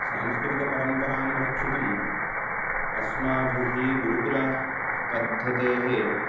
सांस्कृतिकपरम्परां रक्षितुम् अस्माभिः गुरुकुलपद्धतेः